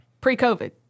pre-COVID